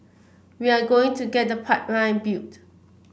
we are going to get the pipeline built